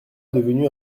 devenu